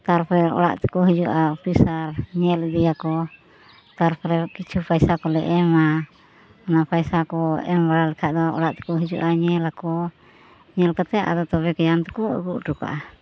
ᱛᱟᱨᱯᱚᱨᱮ ᱚᱲᱟᱜ ᱛᱮᱠᱚ ᱦᱤᱡᱩᱼᱟ ᱚᱯᱷᱤᱥᱟᱨ ᱧᱮᱞ ᱤᱫᱤᱭᱟᱠᱚ ᱛᱟᱨᱯᱚᱨᱮ ᱠᱤᱪᱷᱩ ᱯᱚᱭᱥᱟ ᱠᱚᱞᱮ ᱮᱢᱟ ᱚᱱᱟ ᱯᱚᱭᱥᱟ ᱠᱚ ᱮᱢ ᱵᱟᱲᱟ ᱞᱮᱠᱷᱟᱱ ᱫᱚ ᱚᱲᱟᱜ ᱛᱮᱠᱚ ᱦᱤᱡᱩᱜᱼᱟ ᱧᱮᱞ ᱟᱠᱚ ᱧᱮᱞ ᱠᱟᱛᱮ ᱟᱫᱚ ᱛᱚᱵᱮ ᱜᱤᱭᱟᱱ ᱠᱚ ᱟᱹᱜᱩ ᱦᱚᱴᱚ ᱠᱟᱜᱼᱟ